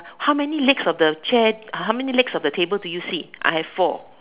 how many legs of the chair how many legs of the table do you see I have four